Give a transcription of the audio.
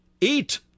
Eat